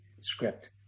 script